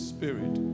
Spirit